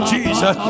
Jesus